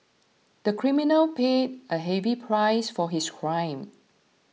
the criminal paid a heavy price for his crime